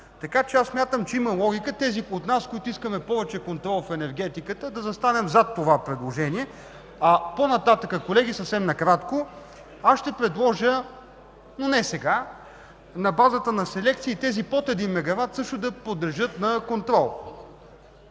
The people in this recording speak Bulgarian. Така че аз смятам, че има логика тези от нас, които искаме повече контрол в енергетиката, да застанем зад това предложение. По-нататък, колеги, съвсем накратко, аз ще предложа, но не сега, на базата на селекции тези под 1 мегават също да подлежат на контрол.